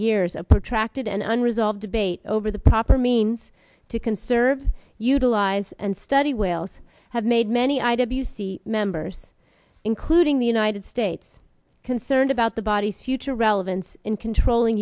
years a protracted and unresolved debate over the proper means to conserve utilize and study whales have made many i w c members including the united states concerned about the body's future relevance in controlling